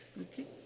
okay